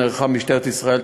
נערכה משטרת ישראל,